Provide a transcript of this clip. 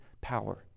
power